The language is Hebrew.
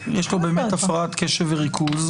יש פה באמת הפרעת קשב וריכוז,